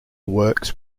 works